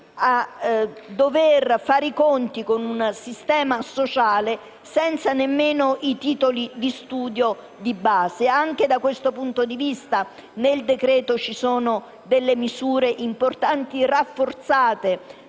a dovere fare i conti con un sistema sociale senza nemmeno i titoli di studio di base. Anche da questo punto di vista nel decreto-legge ci sono misure importanti, rafforzate